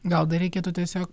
gal dar reikėtų tiesiog